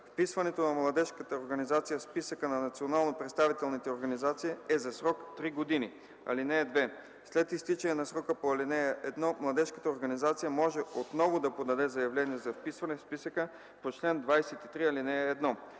Вписването на младежката организация в списъка на национално представителните организации е за срок 3 години. (2) След изтичане на срока по ал. 1 младежката организация може отново да подаде заявление за вписване в списъка по чл. 23, ал. 1.